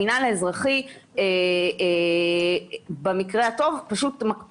המינהל האזרחי במקרה הטוב פשוט מקפיא